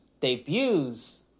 debuts